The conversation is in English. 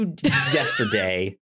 yesterday